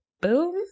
boom